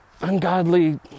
ungodly